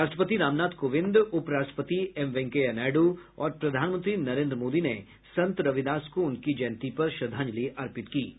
राष्ट्रपति रामनाथ कोविंद उप राष्ट्रपति एम वेंकैया नायड् और प्रधानमंत्री नरेन्द्र मोदी ने संत रविदास को उनकी जयंती पर श्रद्धांजलि अर्पित की है